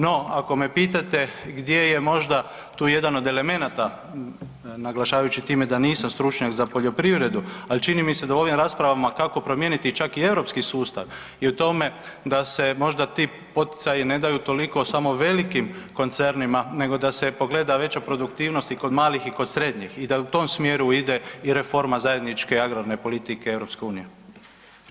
No ako me pitate gdje je možda tu jedan od elemenata, naglašavajući time da nisam stručnjak za poljoprivredu, ali čini mi se da u ovim raspravama kako promijeniti čak i europski sustav i u tome da se možda ti poticaji ne daju toliko samo velikim koncernima nego da se pogleda veća produktivnost i kod malih i kod srednjih i da u tom smjeru ide i reforma zajedničke agrarne politike EU-a.